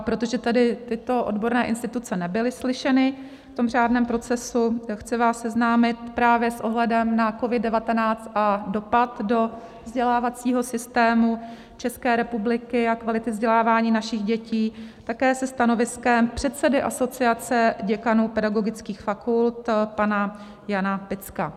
Protože tady tyto odborné instituce nebyly slyšeny v tom řádném procesu, chci vás seznámit právě s ohledem na COVID19 a dopad do vzdělávacího systému České republiky a kvality vzdělávání našich dětí také se stanoviskem předsedy Asociace děkanů pedagogických fakult, pana Jana Picka: